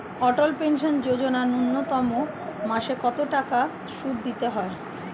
অটল pension Yojana ন্যূনতম মাসে কত টাকা সুধ দিতে হয়?